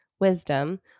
Wisdom